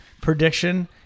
prediction